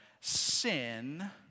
Sin